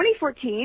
2014